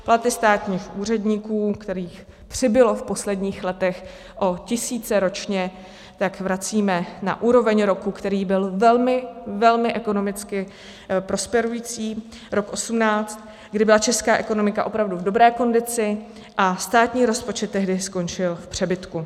Platy státních úředníků, kterých přibylo v posledních letech o tisíce ročně, tak vracíme na úroveň roku, který byl velmi, velmi ekonomicky prosperující, rok 2018, kdy byla česká ekonomika opravdu v dobré kondici a státní rozpočet tehdy skončil v přebytku.